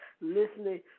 listening